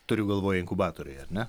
turiu galvoj inkubatoriai ar ne